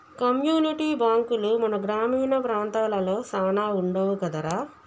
community బాంకులు మన గ్రామీణ ప్రాంతాలలో సాన వుండవు కదరా